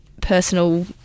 personal